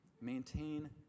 Maintain